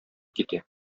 китә